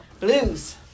blues